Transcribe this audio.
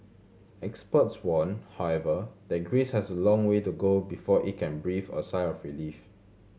experts warn however that Greece has a long way to go before it can breathe a sigh of relief